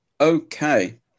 Okay